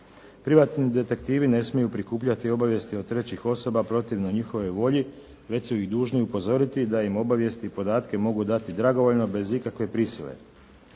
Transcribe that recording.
Privatni detektivi ne smiju prikupljati obavijesti od trećih osoba protivno njihovoj volji, već su ih dužni upozoriti da im obavijesti i podatke mogu dati dragovoljno bez ikakve prisile.